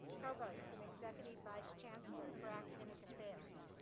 provost and executive vice chancellor for academic affairs.